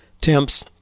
temps